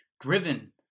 Driven